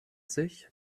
sich